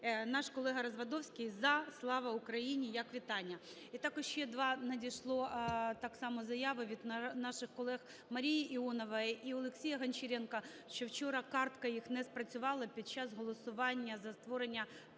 Наш колега Развадовський "за" "Слава Україні!" як вітання. І також ще два надійшли, так само, заяви від наших колег Марії Іонової і Олексія Гончаренка, що вчора картка їх не спрацювала під час голосування за створення